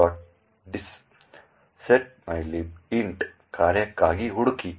set mylib int ಕಾರ್ಯಕ್ಕಾಗಿ ಹುಡುಕಿ